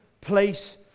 place